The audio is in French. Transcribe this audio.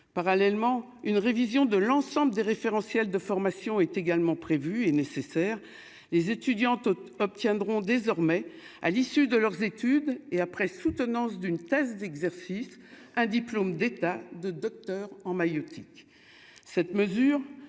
parallèlement une révision de l'ensemble des référentiels de formation est également prévue est nécessaire, les étudiants obtiendront désormais à l'issue de leurs études et après soutenance d'une thèse d'exercice, un diplôme d'état de Docteur en maïeutique cette mesure